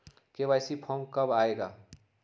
KYC form कब आए गा?